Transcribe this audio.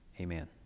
Amen